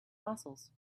muscles